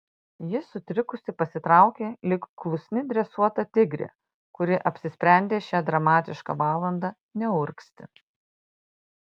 ji sutrikusi pasitraukė lyg klusni dresuota tigrė kuri apsisprendė šią dramatišką valandą neurgzti